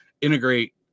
integrate